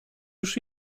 już